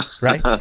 right